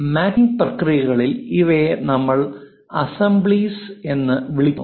matching പ്രക്രിയകളിൽ ഇവയെ നമ്മൾ അസ്സെംബ്ലിസ് എന്ന് വിളിക്കുന്നു